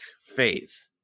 faith